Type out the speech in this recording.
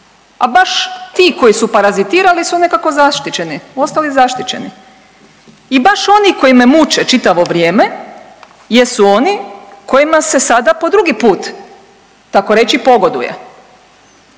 a baš ti koji su parazitirali su nekako zaštićeni, ostali zaštićeni i baš oni koji me muče čitavo vrijeme jesu oni kojima se sada po drugi put takoreći pogoduje.